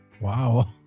Wow